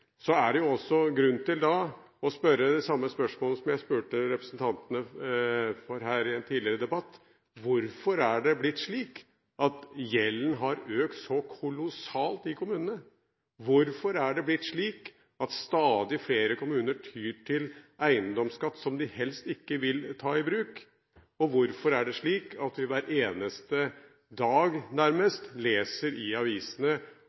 Så er det også grunn til å stille det samme spørsmålet som jeg stilte representantene her i en tidligere debatt: Hvorfor er det blitt slik at gjelden har økt så kolossalt i kommunene? Hvorfor er det blitt slik at stadig flere kommuner tyr til eiendomsskatt som de helst ikke vil ta i bruk? Og hvorfor er det slik at vi hver eneste dag, nærmest, leser i avisene